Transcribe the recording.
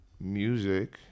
music